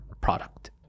product